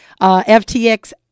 FTX